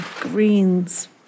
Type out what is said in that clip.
greens